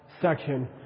section